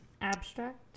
Abstract